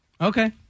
Okay